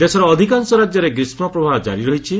ଦେଶର ଅଧିକାଂଶ ରାଜ୍ୟରେ ଗ୍ରୀଷ୍କପ୍ରବାହ ଜାରି ରହିଛି